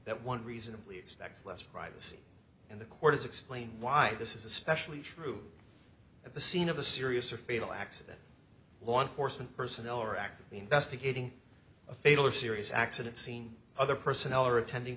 that one reasonably expects less privacy and the court is explain why this is especially true at the scene of a serious or fatal accident law enforcement personnel are actively investigating a fatal or serious accident scene other personnel are attending